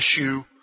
issue